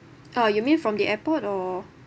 uh you mean from the airport or